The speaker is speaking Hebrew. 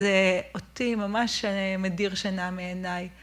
זה אותי ממש מדיר שנה מעיניי.